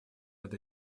над